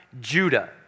Judah